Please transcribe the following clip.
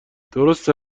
درسته